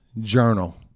journal